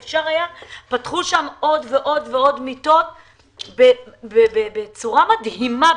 פתחו שם עוד ועוד ועוד מיטות בצורה מדהימה,